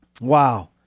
Wow